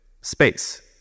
space